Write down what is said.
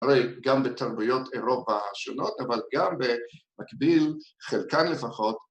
הרי גם בתרבויות אירופה השונות, אבל גם במקביל, חלקן לפחות,